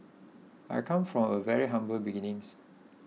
I come from a very humble beginnings